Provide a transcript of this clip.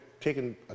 taking